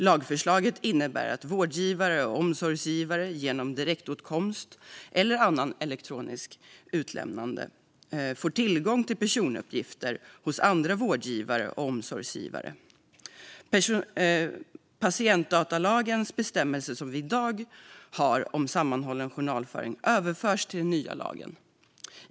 Lagförslaget innebär att vårdgivare och omsorgsgivare genom direktåtkomst eller annat elektroniskt utlämnande får tillgång till personuppgifter hos andra vårdgivare och omsorgsgivare. Patientdatalagens bestämmelser som vi i dag har om sammanhållen journalföring överförs till den nya lagen.